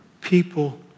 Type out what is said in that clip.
people